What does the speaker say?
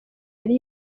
yari